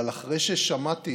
אבל אחרי ששמעתי